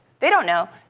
they don't know.